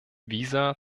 visa